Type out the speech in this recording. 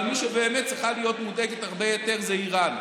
מי שבאמת צריכה להיות מודאגת הרבה יותר זאת איראן.